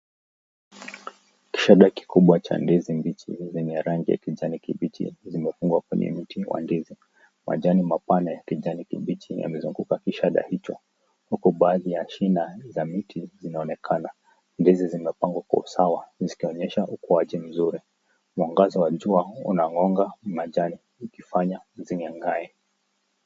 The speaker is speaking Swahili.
Shada kikubwa cha ndizi mbichi zenye rangi za kijani kibichi zimefungwa Kwenye miti wa ndizi . Majani mapana ya kijani kibichi yamezunguka kishada hicho, huku baadhi ya china cha miti zinaonekana ,ndizi zimepangwa Kwa usawa zikionyesha ukuaji mzuri . Mwangaza wa jua unangoa majani zikifanya zingaengae.